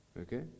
Okay